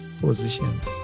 positions